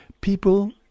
people